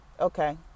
okay